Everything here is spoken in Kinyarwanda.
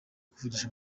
kuvugisha